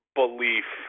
belief